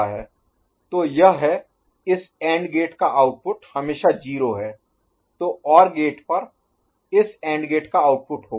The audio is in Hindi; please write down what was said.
तो यह है इस एंड गेट का आउटपुट हमेशा 0 है तो OR गेट आउटपुट पर इस एंड गेट का आउटपुट होगा